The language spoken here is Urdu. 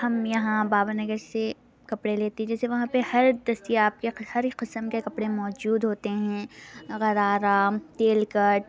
ہم یہاں باوا نگر سے کپڑے لیتے جیسے وہاں پہ ہر دستیاب کے ہر اک قسم کے کپڑے موجود ہوتے ہیں غراغرا تیلکٹ